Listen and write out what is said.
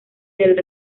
del